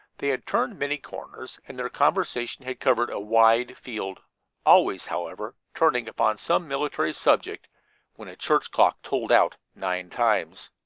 they had turned many corners, and their conversation had covered a wide field always, however, turning upon some military subject when a church clock tolled out nine times.